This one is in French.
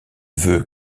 veut